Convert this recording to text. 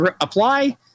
apply